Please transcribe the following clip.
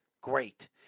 great